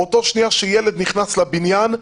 באותה שנייה שהילד נכנס לבניין,